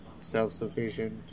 Self-sufficient